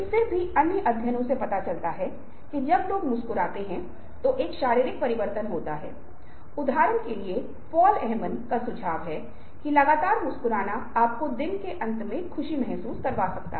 दूसरा अंक यह है कि उत्तेजनाओं के दो अलग अलग प्रकार हैं पहला पाठ यहां पर है दूसरा दोनों के बीच का संबंध है और वे एक दूसरे के साथ हस्तक्षेप करते हैं या एक दूसरे के साथ प्रशंसा करते हैं